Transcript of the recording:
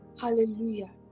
hallelujah